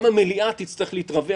גם המליאה תצטרך להתרווח,